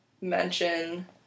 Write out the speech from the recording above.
mention